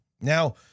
Now